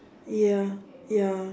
ya ya